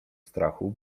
strachu